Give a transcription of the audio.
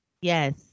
yes